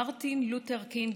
מרטין לותר קינג,